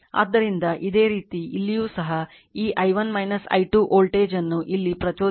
ಆದ್ದರಿಂದ ಇದೇ ರೀತಿ ಇಲ್ಲಿಯೂ ಸಹ ಈ i1 i 2 ವೋಲ್ಟೇಜ್ ಅನ್ನು ಇಲ್ಲಿ ಪ್ರಚೋದಿಸಲಾಗುವುದು j M i1 i 2